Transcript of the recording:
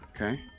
okay